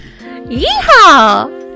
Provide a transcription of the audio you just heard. Yeehaw